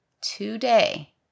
today